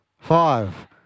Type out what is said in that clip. Five